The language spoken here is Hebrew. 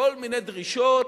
כל מיני דרישות